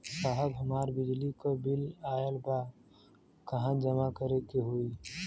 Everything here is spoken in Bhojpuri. साहब हमार बिजली क बिल ऑयल बा कहाँ जमा करेके होइ?